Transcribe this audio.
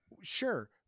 Sure